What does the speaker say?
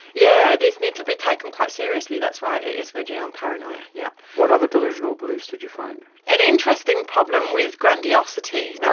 yeah these need to be taken quite seriously that's why it is verging on paranoia. yeah what other delusional beliefs did you find? an interesting problem with grandiosity. you know